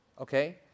okay